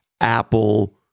Apple